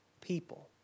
people